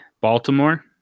Baltimore